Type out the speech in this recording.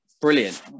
Brilliant